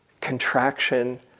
contraction